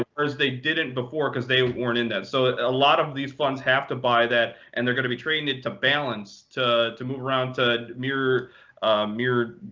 because they didn't before, because they weren't in that. so a lot of these funds have to buy that, and they're going to be trying to to balance to to move around, to mirror mirror